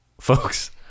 Folks